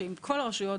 שעם כול הרשויות,